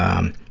um,